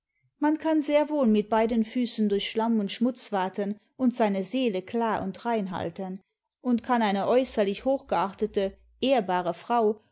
man kann sehr wohl mit beiden füßen durch schlamm und schmutz waten und seine seele klar und rein halten imd kann eine äußerlich hochgeachtete ehrbare frau